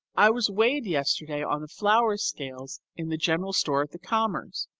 i was weighed yesterday on the flour scales in the general store at the comers.